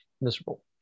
miserable